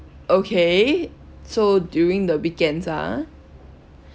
okay so during the weekends ah